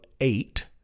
eight